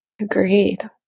Agreed